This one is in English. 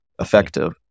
effective